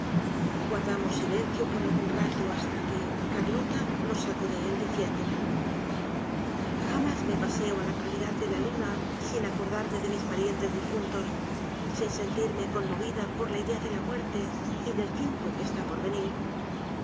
guardamos silencio por algún rato hasta que carlota nos sacó de él diciendo jamás me paseo á la claridad de la luna sin acordarme de mis parientes difuntos sin sentirme conmovida por la idea de la muerte y del tiempo que está por venir